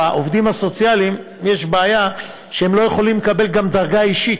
לעובדים הסוציאליים יש בעיה שהם גם לא יכולים לקבל דרגה אישית.